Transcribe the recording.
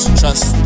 trust